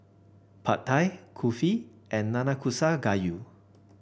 Pad Thai Kulfi and Nanakusa Gayu